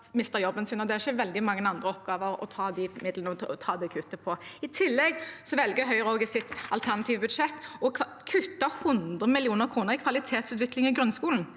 Det er ikke veldig mange andre oppgaver å ta det kuttet på. I tillegg velger Høyre i sitt alternative budsjett å kutte 100 mill. kr i kvalitetsutvikling i grunnskolen.